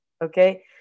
Okay